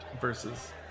versus